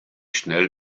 schnell